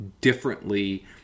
differently